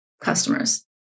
customers